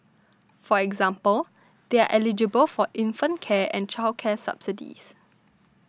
for example they are eligible for infant care and childcare subsidies